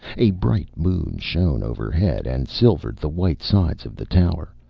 a bright moon shone overhead and silvered the white sides of the tower,